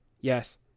yes